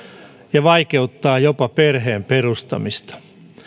ja vaikeuttaa jopa perheen perustamista